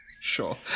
Sure